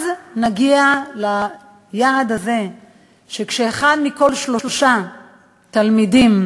אז נגיע ליעד הזה שכשאחד מכל שלושה תלמידים